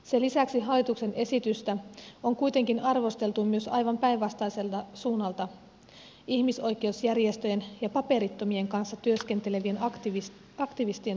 sen lisäksi hallituksen esitystä on kuitenkin arvosteltu myös aivan päinvastaiselta suunnalta ihmisoikeusjärjestöjen ja paperittomien kanssa työskentelevien aktivistien toimesta